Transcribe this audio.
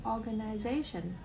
Organization